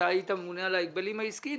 שהיית ממונה על ההגבלים העסקיים,